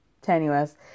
tenuous